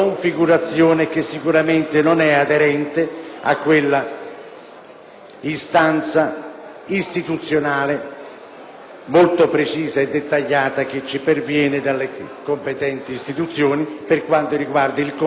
quell'istanza istituzionale molto precisa e dettagliata che ci perviene dalle competenti istituzioni per quanto riguarda il contrasto alla grande criminalità mafiosa e